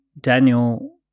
daniel